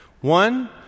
One